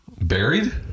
Buried